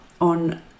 on